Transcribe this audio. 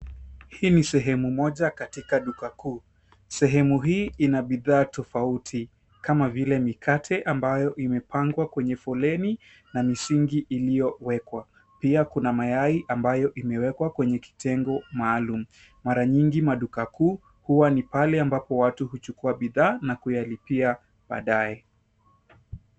Hii ni sehemu moja katika duka kuu. Sehemu hii ina bidhaa tofauti kama vile mikate ambayo imepangwa kwenye foleni na misingi iliyowekwa. Pia kuna mayai ambayo imewekwa kwenye kitengo maalum. Mara nyingi maduka kuu huwa ni pahali ambapo watu huchukua bidhaa na kuyalipia baadaye.